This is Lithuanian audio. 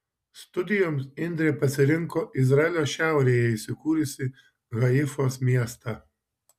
studijoms indrė pasirinko izraelio šiaurėje įsikūrusį haifos miestą